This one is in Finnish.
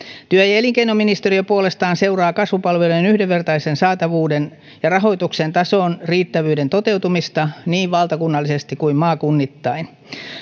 työ ja elinkeinoministeriö puolestaan seuraa kasvupalvelujen yhdenvertaisen saatavuuden ja rahoituksen tason riittävyyden toteutumista niin valtakunnallisesti kuin maakunnittain